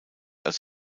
als